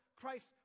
Christ